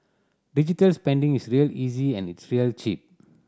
digital spending is real easy and it's real cheap